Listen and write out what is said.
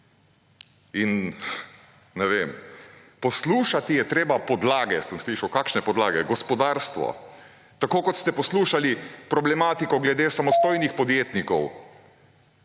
in ne vem, poslušati je treba podlage, sem slišal. Kakšne podlage? Gospodarstvo. Tako kot ste poslušali problematiko glede samostojnih podjetnikov,